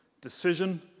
decision